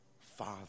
Father